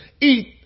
eat